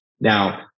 Now